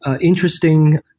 interesting